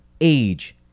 Age